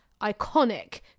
iconic